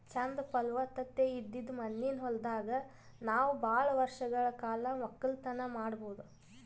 ಚಂದ್ ಫಲವತ್ತತೆ ಇದ್ದಿದ್ ಮಣ್ಣಿನ ಹೊಲದಾಗ್ ನಾವ್ ಭಾಳ್ ವರ್ಷಗಳ್ ಕಾಲ ವಕ್ಕಲತನ್ ಮಾಡಬಹುದ್